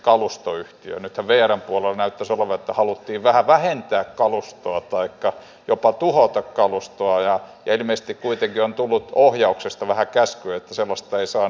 eläkeiän noston yhteydessä kun kaikki puolueet ovat onnistuneesti vieneet tämän eläkeuudistuksen eteenpäin hyvä näin tämän uudistuksen yhteydessä myös ammattisotilaiden eläkeikä nousee